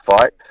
fight